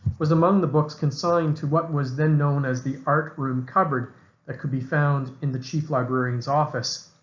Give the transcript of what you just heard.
was among the books consigned to what was then known as the art room cupboard that could be found in the chief librarians office.